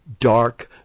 dark